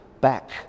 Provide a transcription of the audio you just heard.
back